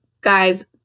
guys